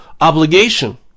obligation